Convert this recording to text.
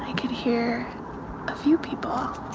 i can hear a few people.